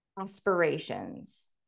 aspirations